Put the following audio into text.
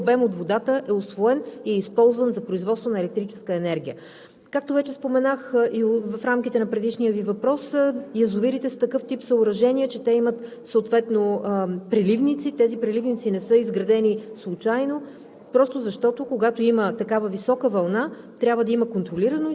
на пълния си капацитет и големият обем от водата е усвоен и е използван за производство на електрическа енергия. Както вече споменах и в рамките на предишния Ви въпрос, язовирите са такъв тип съоръжения, че те имат съответно преливници. Тези преливници не са изградени случайно